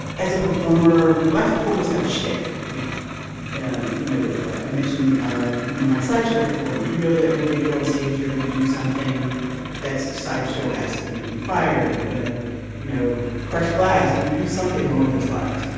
as a performer let's performers have a shtick like you know you know i mentioned ah you know my sideshow performer you know that when they get on stage they're going to do something that's sideshow ask they're going to fire they're going to you know crushed glass they're gonna do something along those lines.